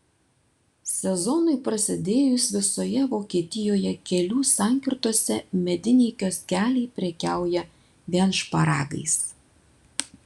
sezonui prasidėjus visoje vokietijoje kelių sankirtose mediniai kioskeliai prekiauja vien šparagais